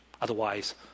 Otherwise